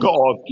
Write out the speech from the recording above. God